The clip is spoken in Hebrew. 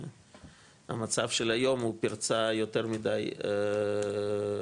והמצב של היום הוא פרצה יותר מידי גדולה.